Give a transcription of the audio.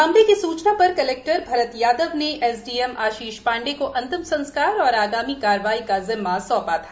मामले की सूचना पर कलेक्टर भरत यादव ने एसडीएम आशीष पाण्डे को अंतिम संस्कार और आगामी कार्यवाही का ज़िम्मा सौंपा था